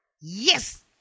Yes